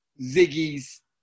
Ziggy's